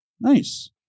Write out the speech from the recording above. Nice